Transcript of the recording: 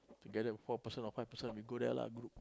together four person or five person we go there lah